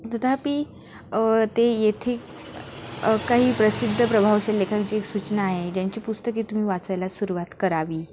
तथापि ते येथे काही प्रसिद्ध प्रभावशील लेखकाची एक सूचना आहे ज्यांची पुस्तके तुम्ही वाचायला सुरुवात करावी